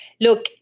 look